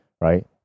right